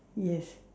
yes